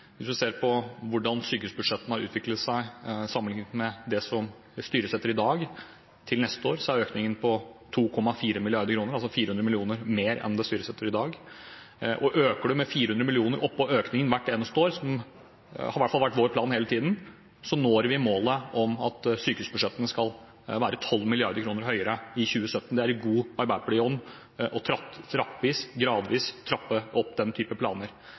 Hvis vi ser på hvordan sykehusbudsjettene har utviklet seg sammenlignet med det som det styres etter i dag: Til neste år er økningen på 2,4 mrd. kr, altså 400 mill. kr mer enn det styres etter i dag. Øker du med 400 mill. kr oppå økningen hvert eneste år, som i hvert fall har vært vår plan hele tiden, når vi målet om at sykehusbudsjettene skal være 12 mrd. kr høyere i 2017. Det er i god arbeiderpartiånd gradvis å trappe opp den type planer.